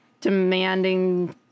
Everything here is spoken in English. demanding